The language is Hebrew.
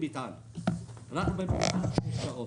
אצלנו בממוצע שש שעות.